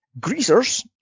greasers